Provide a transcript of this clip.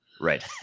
Right